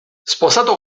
sposato